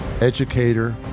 educator